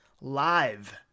live